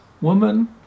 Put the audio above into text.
woman